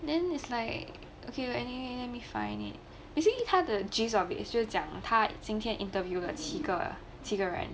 then it's like okay anyway let me find it basically 他的 gist of it 就是讲他今天 interview 了七个七个人